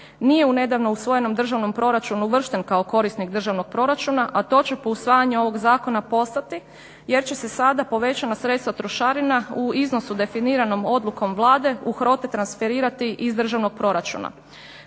nije u nedavno usvojenom državnom proračunu uvršten kao korisnik državnog proračuna a to će po usvajanju ovog zakona postati jer će se sada povećana sredstva trošarina u iznosu definiranom odlukom Vlade u HROTE transferirati iz državnog proračuna.